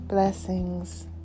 blessings